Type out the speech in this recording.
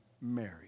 Mary